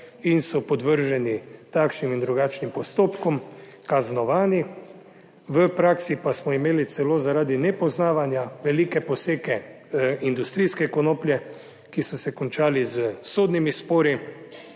in so podvrženi takšnim in drugačnim postopkom, kaznovani, v praksi pa smo imeli celo zaradi nepoznavanja velike poseke industrijske konoplje, ki so se končali s sodnimi spori,